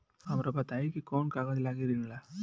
हमरा बताई कि कौन कागज लागी ऋण ला?